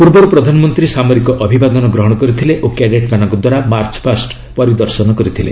ପୂର୍ବରୁ ପ୍ରଧାନମନ୍ତ୍ରୀ ସାମରିକ ଅଭିବାଦନ ଗ୍ରହଣ କରିଥିଲେ ଓ କ୍ୟାଡେଟ୍ମାନଙ୍କ ଦ୍ୱାରା ମାର୍ଚ୍ଚ ପାଷ୍ଟ ପରିଦର୍ଶନ କରିଥିଲେ